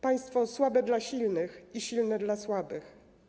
Państwo słabe dla silnych i silne dla słabych.